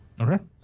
Okay